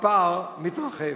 והפער מתרחב.